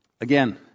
again